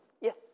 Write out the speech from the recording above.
Yes